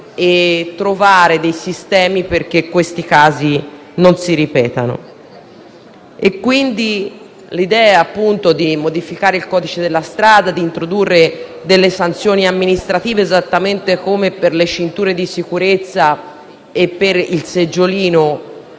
e trovare dei sistemi affinché questi casi non si verifichino nuovamente. Da ciò deriva l'idea di modificare il codice della strada e di introdurre delle sanzioni amministrative, esattamente come per le cinture di sicurezza e per il seggiolino,